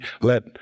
Let